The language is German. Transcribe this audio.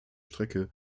strecke